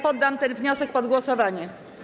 Poddam ten wniosek pod głosowanie.